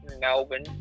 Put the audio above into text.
Melbourne